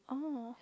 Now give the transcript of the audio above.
oh